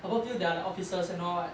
above you there are like officers and all [what]